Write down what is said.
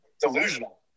Delusional